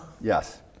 Yes